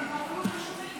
מה זה?